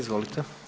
Izvolite.